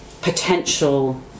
potential